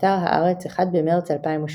באתר הארץ, 1 במרץ 2018